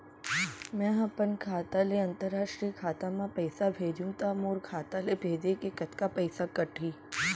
मै ह अपन खाता ले, अंतरराष्ट्रीय खाता मा पइसा भेजहु त मोर खाता ले, भेजे के कतका पइसा कटही?